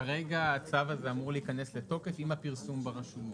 כרגע הצו הזה אמור להיכנס לתוקף עם הפרסום ברשומות.